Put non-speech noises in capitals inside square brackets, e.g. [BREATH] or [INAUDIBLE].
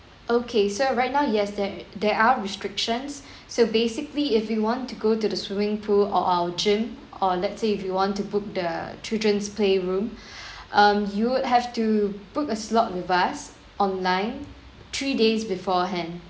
okay so right now yes there there are restrictions so basically if you want to go to the swimming pool or our gym or let's say if you want to book the children's playroom [BREATH] um you have to book a slot with us online three days beforehand